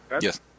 Yes